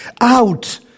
Out